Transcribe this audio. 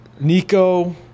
nico